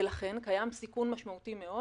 ולכן קיים סיכון משמעותי מאוד